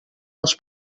als